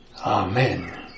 Amen